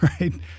Right